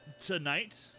tonight